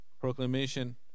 proclamation